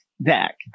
Back